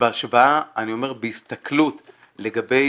אני אומר, בהסתכלות לגבי